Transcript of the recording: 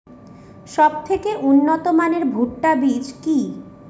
সবথেকে উন্নত মানের ভুট্টা বীজ কি?